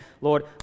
Lord